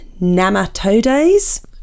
nematodes